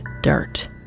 dirt